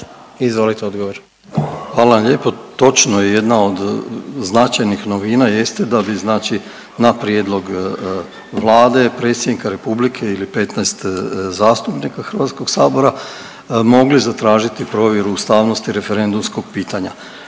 Hvala vam lijepo. Točno je, jedna od značajnih novina jeste da bi znači na prijedlog Vlade, predsjednika republike ili 15 zastupnika HS mogli zatražiti provjeru ustavnosti referendumskog pitanja